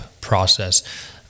process